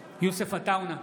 עטאונה,